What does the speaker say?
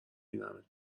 بینمتون